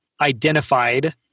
identified